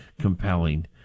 compelling